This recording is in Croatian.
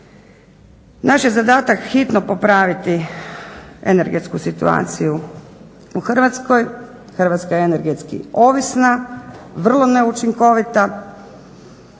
Naš je zadatak hitno popraviti energetsku situaciju u Hrvatskoj. Hrvatska je energetski ovisna, vrlo neučinkovita